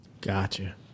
Gotcha